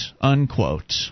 unquote